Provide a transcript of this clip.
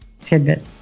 Tidbit